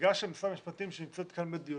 נציגת משרד המשפטים שנמצאת כאן בדיון